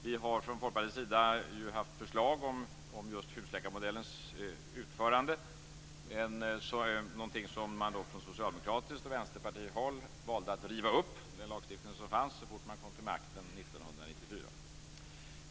Vi har från Folkpartiets sida ju haft förslag om husläkarmodellens utförande. Från socialdemokratiskt och vänsterpartistiskt håll valde man dock att riva upp den lagstiftning som fanns så fort man kom till makten 1994.